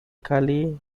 cali